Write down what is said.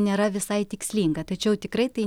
nėra visai tikslinga tačiau tikrai tai